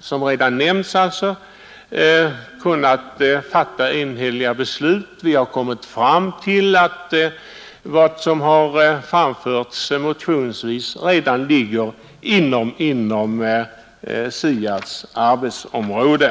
som redan nämnts, kunnat fatta enhälliga beslut. Vi har kommit fram till att vad som har framförts motionsvis redan ligger inom SIA s arbetsområde.